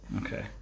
okay